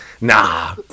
Nah